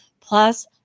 plus